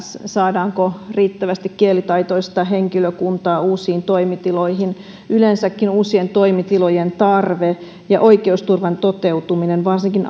saadaanko riittävästi kielitaitoista henkilökuntaa uusiin toimitiloihin yleensäkin uusien toimitilojen tarve ja oikeusturvan toteutuminen varsinkin